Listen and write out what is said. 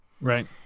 Right